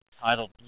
titled